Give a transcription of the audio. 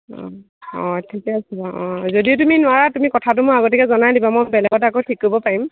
ও অ ঠিকে আছে বাৰু অ যদি তুমি নোৱাৰা তুমি কথাটো মোক আগতীয়াকৈ জনাই দিবা মই বেলেগত আকৌ ঠিক কৰিব পাৰিম